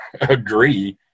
agree